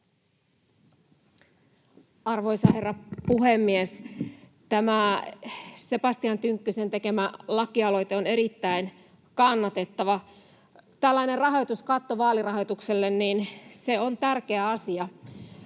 Arvoisa herra puhemies! Tämä Sebastian Tynkkysen tekemä lakialoite on erittäin kannatettava. Tällainen rahoituskatto vaalirahoitukselle on tärkeä asia.